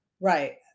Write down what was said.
Right